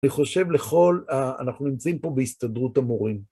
אני חושב לכל, אנחנו נמצאים פה בהסתדרות המורים.